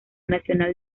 nacional